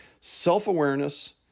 self-awareness